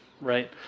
right